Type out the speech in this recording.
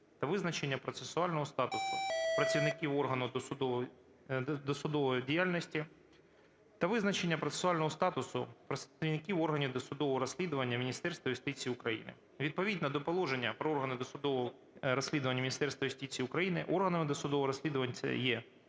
та визначення процесуального статусу працівників органів досудового розслідування Міністерства юстиції України. Відповідно до положення про органи досудового розслідування Міністерства юстиції України органами досудового розслідування є: